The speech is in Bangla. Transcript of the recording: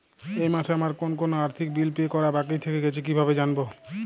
এই মাসে আমার কোন কোন আর্থিক বিল পে করা বাকী থেকে গেছে কীভাবে জানব?